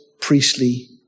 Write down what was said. priestly